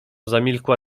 zamilkła